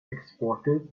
exported